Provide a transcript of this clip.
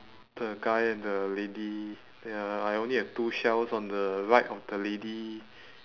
the guy and the lady ya I only have two shells on the right of the lady